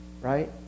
right